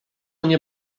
nie